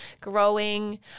growing